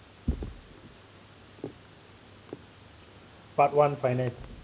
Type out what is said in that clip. part one finance